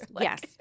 Yes